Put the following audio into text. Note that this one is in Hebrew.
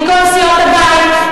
מכל סיעות הבית,